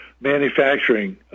manufacturing